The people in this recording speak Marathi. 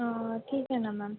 ठीक आहे ना मॅम